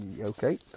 okay